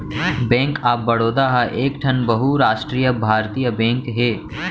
bank of Baroda ह एकठन बहुरास्टीय भारतीय बेंक हे